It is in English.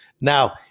Now